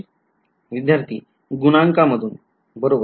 विध्यार्थी गुणांक गुणांक बरोबर